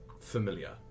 Familiar